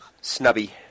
snubby